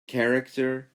character